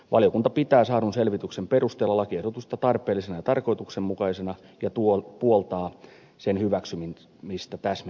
valiokunta pitää saadun selvityksen perusteella lakiehdotusta tarpeellisena ja tarkoituksenmukaisena ja puoltaa sen hyväksymistä täsmennettynä